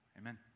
Amen